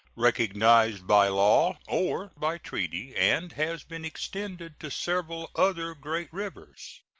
recognized by law or by treaty, and has been extended to several other great rivers.